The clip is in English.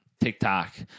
TikTok